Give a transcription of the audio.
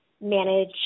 manage